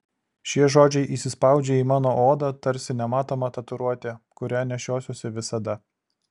šie žodžiai įsispaudžia į mano odą tarsi nematoma tatuiruotė kurią nešiosiuosi visada